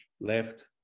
left